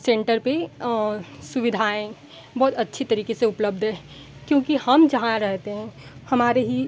centre पे सुविधाएँ बहुत अच्छी तरीके से उपलब्ध है क्योंकि हम जहाँ रहते हैं हमारे ही